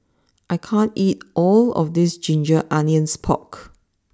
I can't eat all of this Ginger Onions Pork